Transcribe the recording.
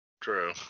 True